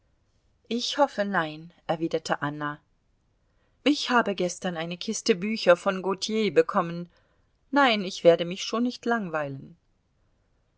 ich hoffe nein erwiderte anna ich habe gestern eine kiste bücher von gautier bekommen nein ich werde mich schon nicht langweilen